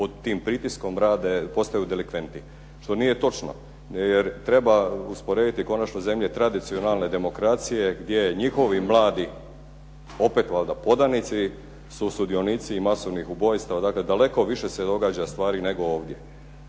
pod tim pritiskom postaju delikventi, što nije točno. Jer treba usporediti konačno zemlje tradicionalne demokracije gdje njihovi mladi, opet valjda, podanici su sudionici masovnih ubojstava, dakle daleko više se događa stvari nego ovdje,